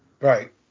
Right